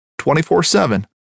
24-7